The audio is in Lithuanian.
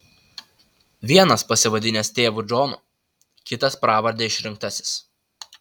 vienas pasivadinęs tėvu džonu kitas pravarde išrinktasis